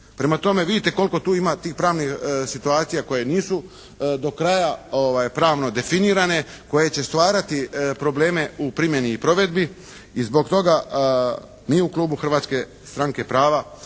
Prema tome vidite koliko tu ima tih pravnih situacija koje nisu do kraja pravno definirane. Koje će stvarati probleme u primjeni i provedbi i zbog toga mi u Klubu Hrvatske stranke prava